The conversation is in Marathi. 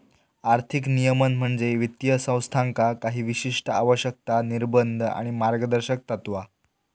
आर्थिक नियमन म्हणजे वित्तीय संस्थांका काही विशिष्ट आवश्यकता, निर्बंध आणि मार्गदर्शक तत्त्वा